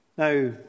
Now